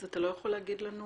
אז אתה לא יכול להגיד לנו